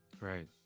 Right